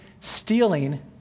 Stealing